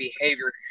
behavior